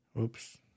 Oops